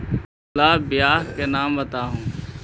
कददु ला बियाह के नाम बताहु?